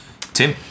tim